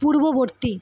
পূর্ববর্তী